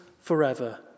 forever